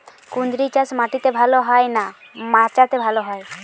কুঁদরি চাষ মাটিতে ভালো হয় না মাচাতে ভালো হয়?